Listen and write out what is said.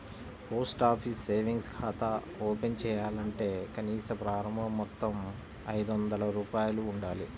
post office savings ఖాతా open చేయాలంటే కనీస ప్రారంభ మొత్తం ఐదొందల రూపాయలు ఉండాలి